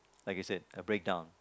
like I said a breakdown